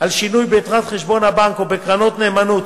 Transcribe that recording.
על שינוי ביתרת חשבון הבנק או בקרנות נאמנות,